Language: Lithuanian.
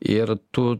ir tu